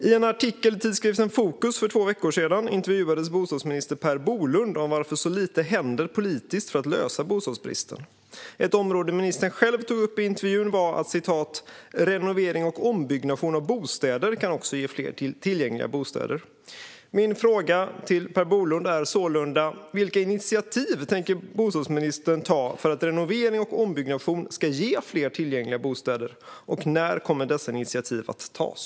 I en artikel i tidskriften Fokus för två veckor sedan intervjuades bostadsminister Per Bolund om varför så lite händer politiskt för att lösa bostadsbristen. Något som ministern själv tog upp i intervjun var att "renovering och ombyggnation av bostäder kan också ge fler tillgängliga bostäder". Min fråga till Per Bolund är sålunda: Vilka initiativ tänker bostadsministern ta för att renovering och ombyggnation ska ge fler tillgängliga bostäder, och när kommer dessa initiativ att tas?